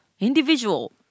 Individual